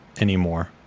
anymore